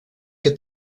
que